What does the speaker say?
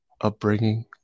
upbringing